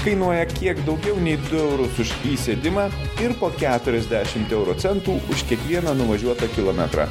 kainuoja kiek daugiau nei du eurus už įsėdimą ir po keturiasdešimt euro centų už kiekvieną nuvažiuotą kilometrą